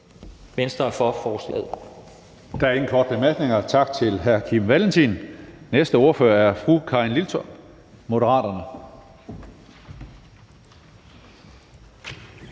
(Karsten Hønge): Der er ingen korte bemærkninger. Tak til hr. Kim Valentin. Næste ordfører er fru Karin Liltorp, Moderaterne.